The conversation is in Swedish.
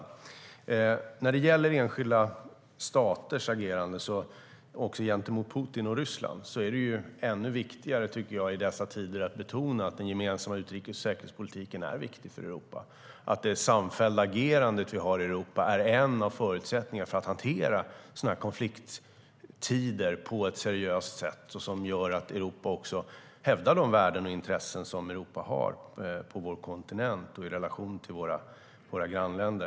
När det gäller enskilda staters agerande, också gentemot Putin och Ryssland, tycker jag att det är ännu viktigare i dessa tider att betona att den gemensamma utrikes och säkerhetspolitiken är viktig för Europa och att det samfällda agerande som vi har i Europa är en av förutsättningarna för att hantera sådana konflikttider på ett seriöst sätt som gör att Europa hävdar de värden och intressen som Europa har på vår kontinent och i relation till våra grannländer.